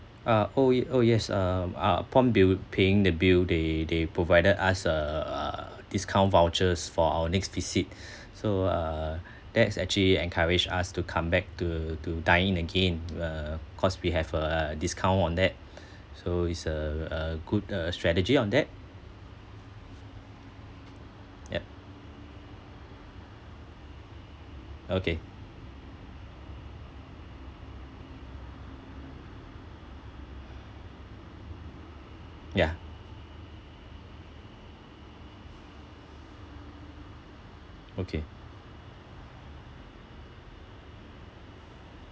uh oh y~ oh yes um uh upon bill paying the bill they they provided us uh uh discount vouchers for our next visit so uh that's actually encourage us to come back to to dine in again uh cause we have uh discount on that so it's a a good uh strategy on that ya okay yeah okay